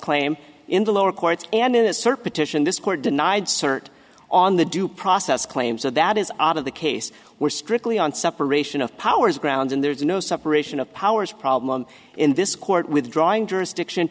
claim in the lower courts and in a circuit titian this are denied cert on the due process claim so that is odd of the case we're strictly on separation of powers grounds and there's no separation of powers problem in this court withdrawing jurisdiction